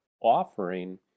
offering